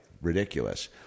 ridiculous